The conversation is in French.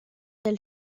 quand